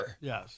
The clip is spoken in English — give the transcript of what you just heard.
Yes